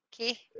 Okay